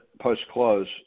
post-close